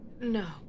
No